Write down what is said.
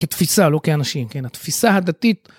כתפיסה לא כאנשים, כן, התפיסה הדתית.